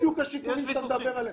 בדיוק השיקולים שאתה מדבר עליהם.